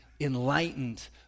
enlightened